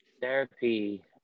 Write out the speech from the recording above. therapy